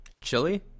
Chili